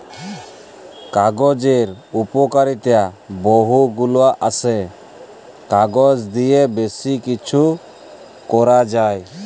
কাগজের উপকারিতা বহু গুলা আসে, কাগজ দিয়ে বেশি কিছু করা যায়